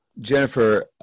Jennifer